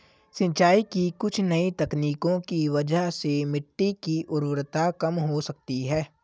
सिंचाई की कुछ नई तकनीकों की वजह से मिट्टी की उर्वरता कम हो सकती है